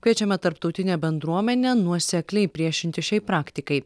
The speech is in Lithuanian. kviečiame tarptautinę bendruomenę nuosekliai priešintis šiai praktikai